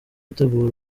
gutegura